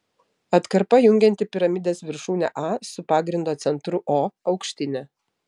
atkarpa jungianti piramidės viršūnę a su pagrindo centru o aukštinė